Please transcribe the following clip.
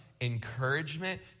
Encouragement